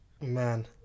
Man